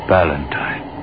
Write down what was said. Valentine